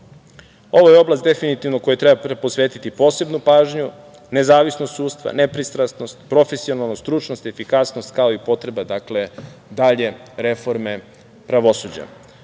ovo je oblast definitivno kojoj treba posvetiti posebnu pažnju, nezavisnost sudstva, nepristrasnost, profesionalnost, stručnost, efikasnost, kao i potreba za dalje reforme pravosuđa.